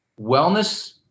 wellness